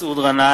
נגד מסעוד גנאים,